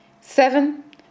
Seven